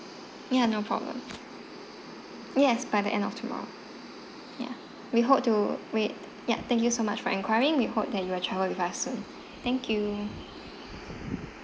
ya no problem yes by the end of tomorrow ya we hope to wait ya thank you so much for enquiring we hope that you will travel with us soon thank you